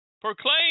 Proclaim